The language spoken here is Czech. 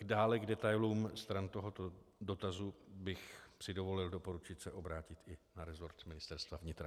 Dále k detailům stran tohoto dotazu bych si dovolil doporučit obrátit se i na resort Ministerstva vnitra.